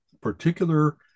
particular